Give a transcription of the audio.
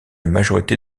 majorité